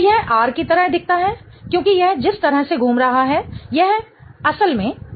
तो यह R की तरह दिखता है क्योंकि यह जिस तरह से घूम रहा है और यह असल में R है